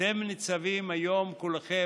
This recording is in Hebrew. אתם ניצבים היום כולכם,